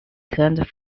turned